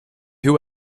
who